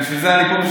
בשביל זה אני פה,